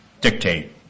dictate